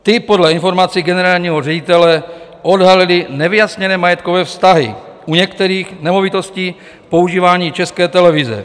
Ty podle informací generálního ředitele odhalily nevyjasněné majetkové vztahy u některých nemovitostí v používání České televize.